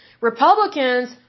Republicans